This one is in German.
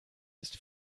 ist